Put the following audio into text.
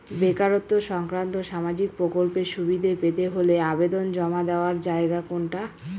বেকারত্ব সংক্রান্ত সামাজিক প্রকল্পের সুবিধে পেতে হলে আবেদন জমা দেওয়ার জায়গা কোনটা?